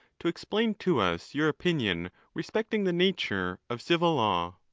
to explain to us your opinion respecting the nature of civil law.